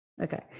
Okay